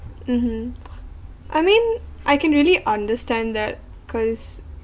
mmhmm I mean I can really understand that cause